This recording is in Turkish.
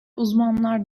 uzmanlar